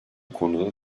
konuda